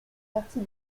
partie